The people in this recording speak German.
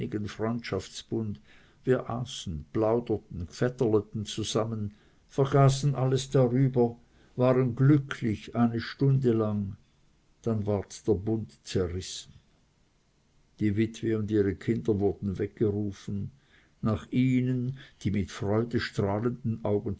wir aßen plauderten g'vätterleten zusammen vergaßen alles darüber waren glücklich eine stunde lang dann ward der bund zerrissen die witwe und ihre kinder wurden weggerufen nach ihnen die mit freudestrahlenden augen